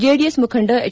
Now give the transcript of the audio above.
JDS ಮುಖಂಡ H